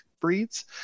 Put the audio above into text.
Breeds